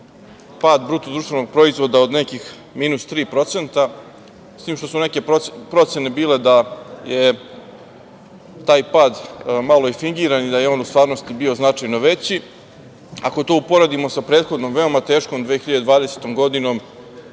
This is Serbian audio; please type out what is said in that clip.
smo tada imali pad BDP-a od nekih minus 3%, s tim što su neke procene bile da je taj pad malo i fingiran i da je on u stvarnosti bio značajno veći. Ako to uporedimo sa prethodnom, veoma teškom 2020. godinom,